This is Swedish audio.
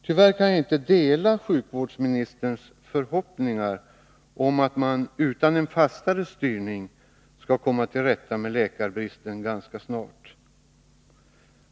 Tyvärr kan jag inte dela sjukvårdsministerns förhoppningar om att man utan en fastare styrning skall komma till rätta med läkarbristen ganska snart.